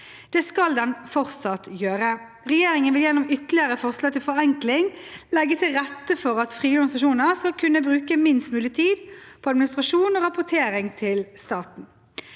Det skal den fortsatt gjøre. Regjeringen vil gjennom ytterligere forslag til forenkling legge til rette for at frivillige organisasjoner skal kunne bruke minst mulig tid på administrasjon og rapportering til staten.